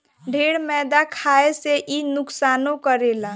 ढेर मैदा खाए से इ नुकसानो करेला